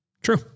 True